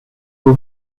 who